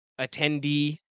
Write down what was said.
attendee